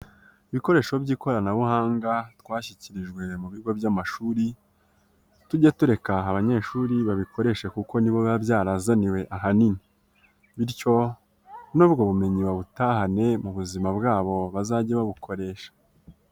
Ibikoresho by'ikoranabuhanga twashyikirijwe mu bigo by'amashuri, tujye tureka abanyeshuri babikoreshe kuko ni bo baba byarazaniwe ahanini, bityo n'ubwo bumenyi babutahane mu buzima bwabo bazajye babukoresha.